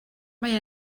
mae